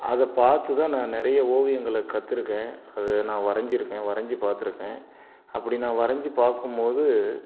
அதை பார்த்துதான் நான் நிறைய ஓவியங்களை கற்றிருக்கேன் அதை நான் வரைஞ்சுருக்கேன் வரைஞ்சு பார்த்துருக்கேன் அப்படி நான் வரைஞ்சு பார்க்கும்போது